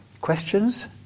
questions